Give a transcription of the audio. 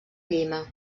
llima